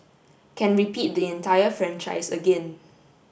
can repeat the entire franchise again